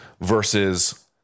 versus